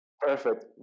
Perfect